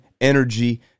energy